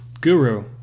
Guru